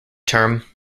term